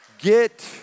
get